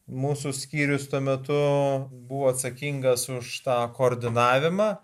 mūsų skyrius tuo metu buvo atsakingas už tą koordinavimą